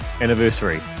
anniversary